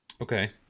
okay